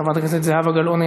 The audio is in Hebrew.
חברת הכנסת זהבה גלאון,